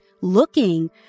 looking